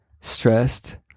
stressed